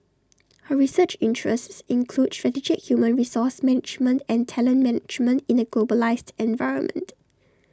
her research interests include strategic human resource management and talent management in A globalised environment